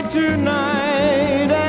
tonight